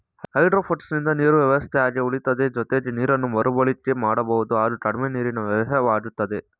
ಹೈಡ್ರೋಪೋನಿಕ್ಸಿಂದ ನೀರು ವ್ಯವಸ್ಥೆ ಹಾಗೆ ಉಳಿತದೆ ಜೊತೆಗೆ ನೀರನ್ನು ಮರುಬಳಕೆ ಮಾಡಬಹುದು ಹಾಗೂ ಕಡಿಮೆ ನೀರಿನ ವ್ಯಯವಾಗ್ತದೆ